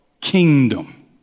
kingdom